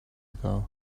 ago